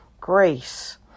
grace